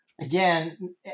again